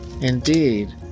Indeed